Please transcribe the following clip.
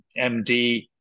MD